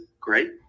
great